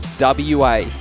WA